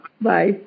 Bye